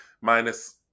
Minus